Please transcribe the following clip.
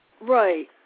Right